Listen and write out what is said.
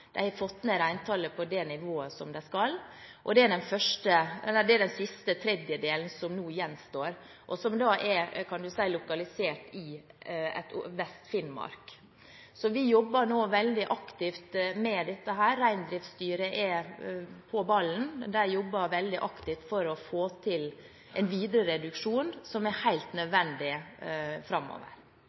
de kravene som er satt, og fått ned reintallet på det nivået det skal. Det er den siste tredjedelen som nå gjenstår, som er lokalisert i Vest-Finnmark. Vi jobber nå veldig aktivt med dette. Reindriftsstyret er på ballen, de jobber veldig aktivt for å få til en videre reduksjon, som er helt nødvendig framover.